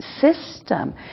system